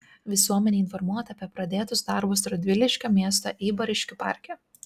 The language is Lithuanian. visuomenė informuota apie pradėtus darbus radviliškio miesto eibariškių parke